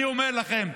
אני אומר לכם,